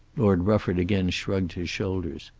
lord rufford again shrugged his shoulders.